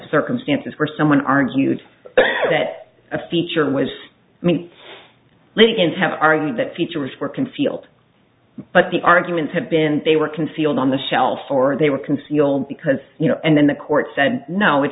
circumstances where someone argued that a feature was mean let in have argued that features were concealed but the arguments have been they were concealed on the shelf or they were concealed because you know and then the court said no it